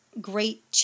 great